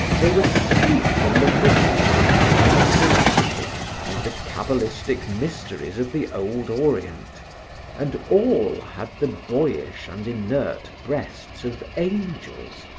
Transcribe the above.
they were steeped in the mists of german philosophy and the cabalistic mysteries of the old orient and all had the boyish and inert breasts of angels,